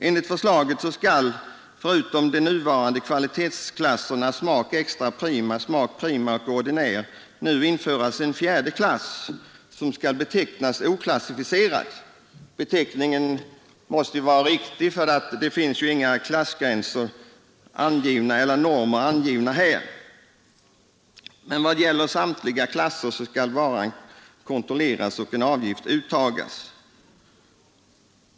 Enligt förslaget skall förutom de nuvarande kvalitetsklasserna SMAK Extra Prima, SMAK Prima och Ordinär nu införas en fjärde klass som skall betecknas Oklassificerad. Beteckningen är riktig, för det finns här inga normer angivna. För samtliga klasser gäller att varan skall kontrolleras och en avgift uttagas.